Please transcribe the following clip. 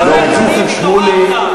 חבר הכנסת שמולי.